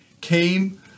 came